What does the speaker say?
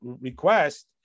request